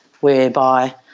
whereby